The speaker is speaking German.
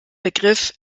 begriff